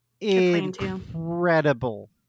incredible